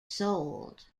sold